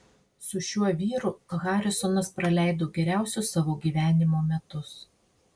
su šiuo vyru harisonas praleido geriausius savo gyvenimo metus